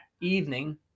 evening